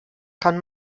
kann